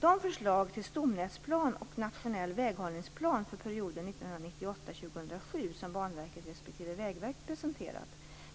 De förslag till stomnätsplan och nationell väghållningsplan för perioden 1998-2007 som Banverket respektive Vägverket presenterat